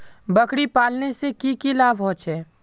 बकरी पालने से की की लाभ होचे?